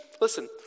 listen